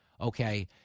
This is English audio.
okay